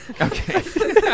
Okay